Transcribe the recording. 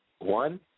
one